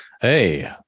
Hey